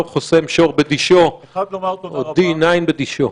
לא חוסם שור בדישו או D9 בדישו.